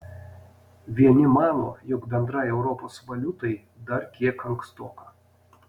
vieni mano jog bendrai europos valiutai dar kiek ankstoka